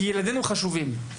כי ילדינו חשובים,